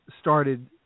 started